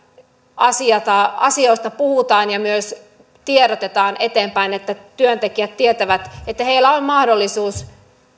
asioista puhutaan ja myös tiedotetaan eteenpäin että työntekijät tietävät että heillä on mahdollisuus